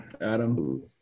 Adam